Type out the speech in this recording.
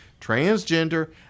transgender